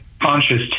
conscious